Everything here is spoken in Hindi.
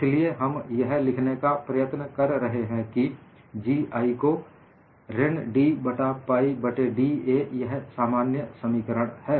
इसीलिए हम यह लिखने का प्रयत्न कर रहे हैं कि GI को ऋण d बडा पाइ बट्टे d A यह सामान्य समीकरण है